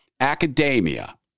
academia